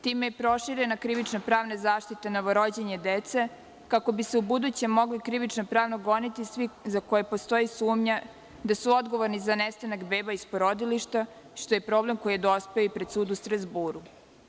Time je proširena krivično pravna zaštita novorođene dece, kako bi se ubuduće mogli krivično pravno goniti svi za koje postoji sumnja da su odgovorni za nestanak beba iz porodilišta, što je problem koji je dospeo i pred sud u Strazburu.